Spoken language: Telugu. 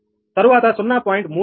3846 V1 వచ్చి 1